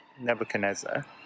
Nebuchadnezzar